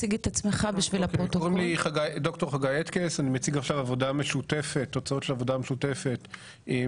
אני מציג עכשיו תוצאות של עבודה משותפת עם